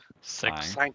Six